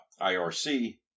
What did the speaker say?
IRC